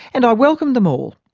and i welcome them all.